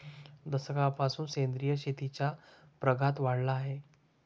दशकापासून सेंद्रिय शेतीचा प्रघात वाढला आहे